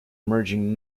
merging